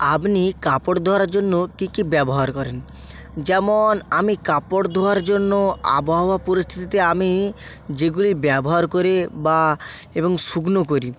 আপনি কাপড় ধোয়ার জন্য কী কী ব্যবহার করেন যেমন আমি কাপড় ধোয়ার জন্য আবহাওয়া পরিস্থিতি আমি যেগুলি ব্যবহার করি বা এবং শুকনো করি